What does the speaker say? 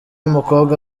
mukobwa